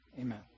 Amen